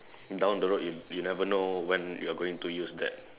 down the road you you never know when you are going to use that